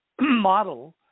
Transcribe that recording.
model